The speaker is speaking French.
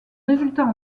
résultats